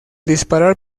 disparar